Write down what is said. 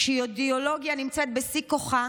כשאידיאולוגיה נמצאת בשיא כוחה,